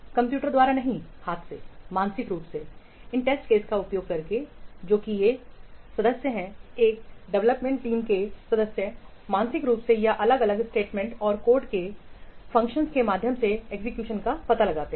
computer द्वारा नहीं हाथ से मानसिक रूप से इन परीक्षण मामलों का उपयोग करके जो कि ये सदस्य हैं यह विकास टीम के सदस्य मानसिक रूप से या अलग अलग स्टेटमेंटस और कोड के फंक्शनस के माध्यम से एग्जीक्यूशन का पता लगाते हैं